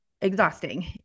exhausting